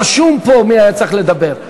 רשום פה מי היה צריך לדבר.